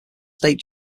state